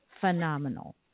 phenomenal